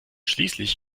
schließlich